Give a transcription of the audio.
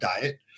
diet